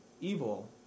evil